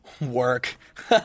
Work